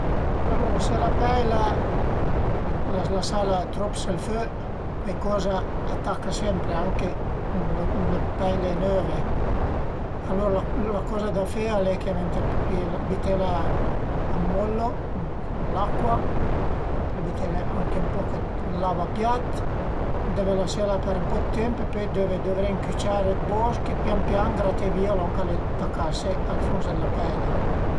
Alura së la peila l'as lasala trop s'ël fö cuaicoza a taca sempre anche ën le peile növe, alura la coza da fe l'e chë ëntà pìé, bütela a mollo, ën l'acua e büté anche ën po dë lavapiat, deve lasela për ën po dë temp e pöi deve duvré ün cuciar d'bosch e pian pian grate vìa lon ch'al e tacase al funs d'la peila